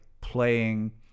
playing